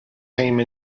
came